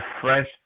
fresh